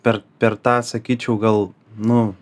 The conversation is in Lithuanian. per per tą sakyčiau gal nu